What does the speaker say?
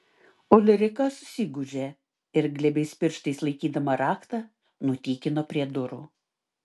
ulrika susigūžė ir glebiais pirštais laikydama raktą nutykino prie durų